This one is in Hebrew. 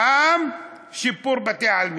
גם שיפור בתי-עלמין.